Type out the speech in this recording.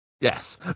Yes